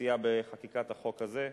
שסייע בחקיקת החוק הזה,